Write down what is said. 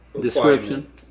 Description